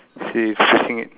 she is pushing it